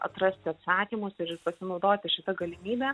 atrasti atsakymus pasinaudoti šita galimybe